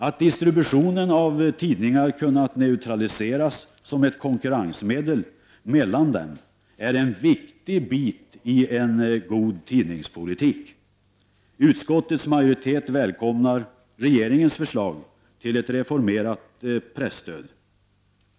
Att distributionen av tidningar kunnat neutraliseras som ett konkurrensmedel mellan dem är en viktig bit i en god tidningspolitik. Utskottets majoritet välkomnar regeringens förslag till ett reformerat presstöd.